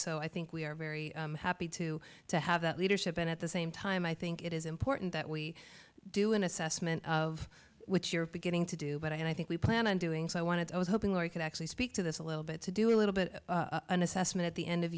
so i think we are very happy to to have that leadership and at the same time i think it is important that we do an assessment of what you're beginning to do but i think we plan on doing so i wanted to i was hoping we could actually speak to this a little bit to do a little bit of an assessment at the end of